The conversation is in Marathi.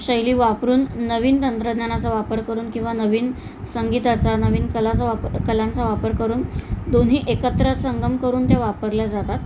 शैली वापरून नवीन तंत्रज्ञानाचा वापर करून किंवा नवीन संगीताचा नवीन कलाचा वापर कलांचा वापर करून दोन्ही एकत्र संगम करून ते वापरल्या जातात